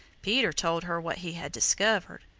peter told her what he had discovered.